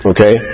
Okay